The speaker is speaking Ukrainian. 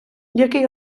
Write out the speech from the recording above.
який